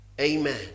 Amen